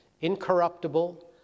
incorruptible